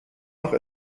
noch